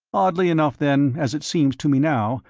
oddly enough, then, as it seems to me now,